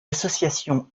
associations